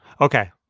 okay